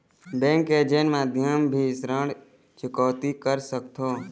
Bank के agent माध्यम भी ऋण चुकौती कर सकथों?